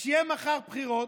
כשיהיו מחר בחירות?